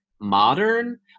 modern